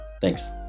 Thanks